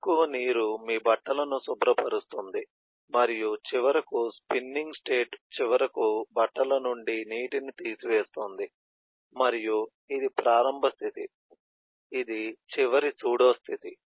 ఎక్కువ నీరు మీ బట్టలను శుభ్రపరుస్తుంది మరియు చివరకు స్పిన్నింగ్ స్టేట్ చివరకు బట్టల నుండి నీటిని తీసివేస్తుంది మరియు ఇది ప్రారంభ స్థితి ఇది చివరి సూడో స్థితి